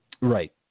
Right